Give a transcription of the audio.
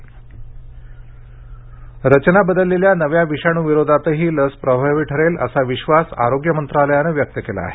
Covid रचना बदललेल्या नव्या विषाणूविरोधातही लस प्रभावी ठरेल असा विश्वास आरोग्य मंत्रालयानं व्यक्त केला आहे